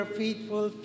faithful